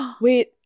wait